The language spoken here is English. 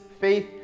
faith